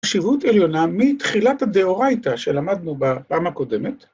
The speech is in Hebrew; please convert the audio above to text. ‫בחשיבות עליונה מתחילת הדאורייתא ‫שלמדנו בפעם הקודמת.